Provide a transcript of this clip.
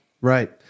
Right